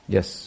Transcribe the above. Yes